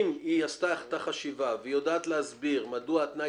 אם היא עשתה את החשיבה והיא יודעת להסביר מדוע תנאי